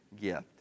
gift